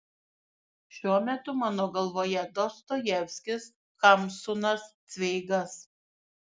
šiuo metu mano galvoje dostojevskis hamsunas cveigas